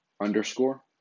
underscore